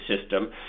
system